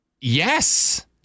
Yes